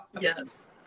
Yes